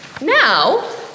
Now